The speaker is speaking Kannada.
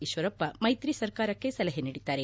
ಈಶ್ವರಪ್ಪ ಮೈತ್ರಿ ಸರಕಾರಕ್ಕೆ ಸಲಹೆ ನೀಡಿದ್ದಾರೆ